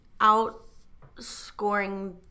outscoring